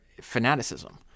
fanaticism